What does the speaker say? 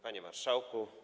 Panie Marszałku!